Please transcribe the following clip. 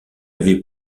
avait